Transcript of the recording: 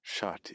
Shati